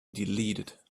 deleted